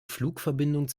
flugverbindung